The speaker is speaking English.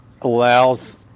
allows